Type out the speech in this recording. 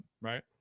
right